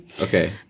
Okay